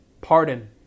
pardon